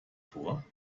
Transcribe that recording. vor